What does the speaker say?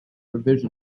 revision